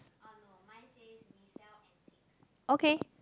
okay